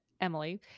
emily